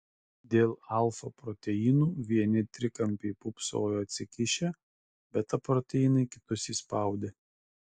dėl alfa proteinų vieni trikampiai pūpsojo atsikišę beta proteinai kitus įspaudė